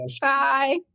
Bye